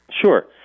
Sure